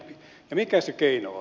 ja mikä se keino on